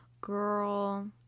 girl